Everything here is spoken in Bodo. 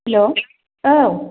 हेल' औ